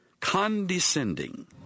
Condescending